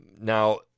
Now